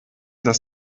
dass